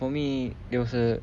for me there was a